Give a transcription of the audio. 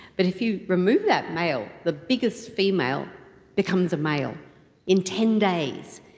but if you remove that male, the biggest female becomes a male in ten days.